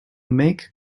make